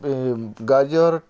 ଗାଜର୍